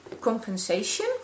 Compensation